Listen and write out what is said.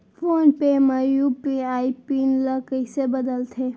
Phone पे म UPI PIN ल कइसे बदलथे?